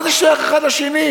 מה זה שייך אחד לשני?